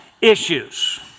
issues